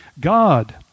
God